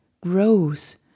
grows